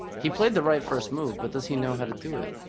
he played the right first move but does he know how to do it